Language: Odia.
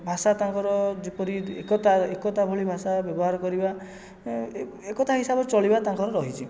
ଭାଷା ତାଙ୍କର ଯେପରି ଏକତା ଏକତା ଭଳି ଭାଷା ବ୍ୟବହାର କରିବା ଏ ଏକତା ହିସାବରେ ଚଳିବା ତାଙ୍କର ରହିଛି